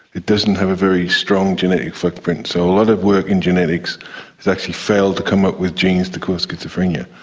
it doesn't have a very strong genetic footprint. so a lot of work in genetics has actually failed to come up with genes to cause schizophrenia.